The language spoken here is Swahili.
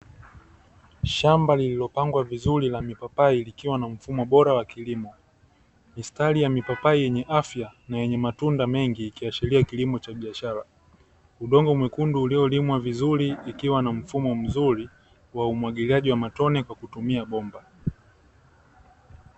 Shamba lililo pangwa vizuri la mipapai likiwa na mfumo bora wa kilimo, mistari ya mipapai yenye afya na yenye matunda mengi ikiashiria kilimo cha biashara, udongo mwekundu uliolimwa vizuri, ikiwa na mfumo mzuri wa umwagiliaji wa matone kwa kutumia bomba.